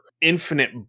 infinite